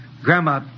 Grandma